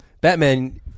Batman